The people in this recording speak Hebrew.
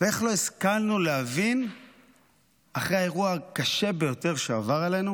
ואיך אחרי האירוע הקשה ביותר שעבר עלינו